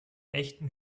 echten